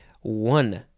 one